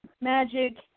Magic